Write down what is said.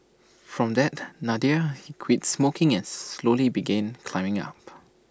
from that Nadir he quit drinking and slowly began climbing up